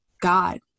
God